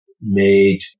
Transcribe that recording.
made